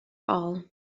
all